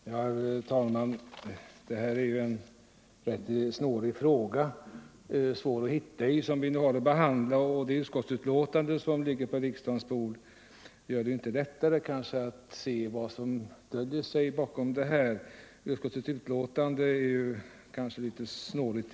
Herr talman! Det ärende som vi nu behandlar är snårigt och svårt att hitta i. Det utskottsbetänkande som ligger på riksdagens bord gör det inte lättare att se vad som döljer sig bakom rubriken. Även betänkandet är litet snårigt.